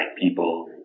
people